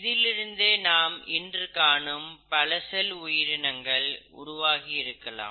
இதிலிருந்தே நாம் இன்று காணும் பல செல் உயிரினங்கள் உருவாகி இருக்கலாம்